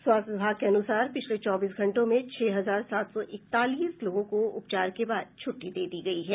स्वास्थ्य विभाग के अनुसार पिछले चौबीस घंटों में छह हजार सात सौ इकतालीस लोगों को उपचार के बाद छ्ट्टी दे दी गयी है